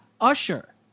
Usher